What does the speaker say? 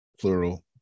plural